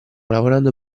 lavorando